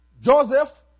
Joseph